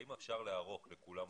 האם אפשר לערוך לכולם בדיקות?